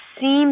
seems